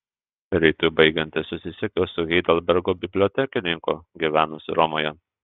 rytui baigiantis susisiekiau su heidelbergo bibliotekininku gyvenusiu romoje